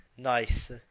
Nice